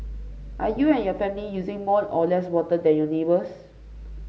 are you and your family using more or less water than your neighbours